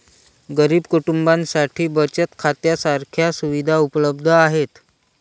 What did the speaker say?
गरीब कुटुंबांसाठी बचत खात्या सारख्या सुविधा उपलब्ध आहेत